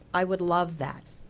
i would love that.